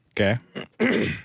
Okay